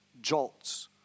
jolts